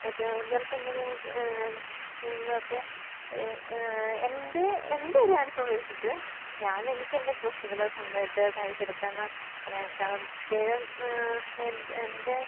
ഏറ്റവും കൂടുതൽ തുന്നുകയും ചെയ്യുന്നതൊക്കെ ആ എൻ്റെ എൻ്റെ ഒരു അനുഭവം വെച്ചിട്ട് ഞാനെനിക്കെൻ്റെ ഡ്രസ്സുകള് സ്വന്തമായിട്ട് തയ്ച്ചെടുക്കുന്നത് തന്നെയാണിഷ്ടം പ്രത്യേകം എനിക്ക് എൻ്റെ